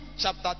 chapter